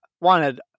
wanted